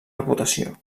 reputació